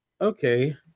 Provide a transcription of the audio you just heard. Okay